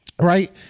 right